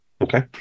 Okay